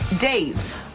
Dave